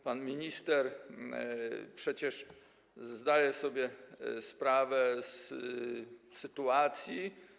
Pan minister przecież zdaje sobie sprawę z sytuacji.